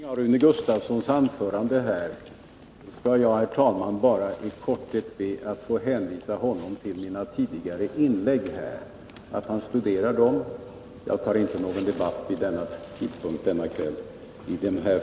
Herr talman! Med anledning av Rune Gustavssons anförande ber jag bara i korthet att få hänvisa honom till att studera mina tidigare inlägg. Jag tar inte någon debatt i dessa frågor vid denna tidpunkt.